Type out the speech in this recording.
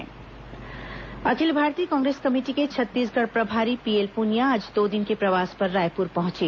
प्निया रायपुर अखिल भारतीय congress committee के छत्तीसगढ़ प्रभारी पीएल पुनिया आज दो दिन के प्रवास पर रायपुर पहुंचे